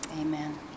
Amen